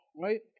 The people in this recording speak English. right